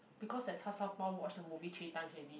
because the char-shao-bao watch the movie three times already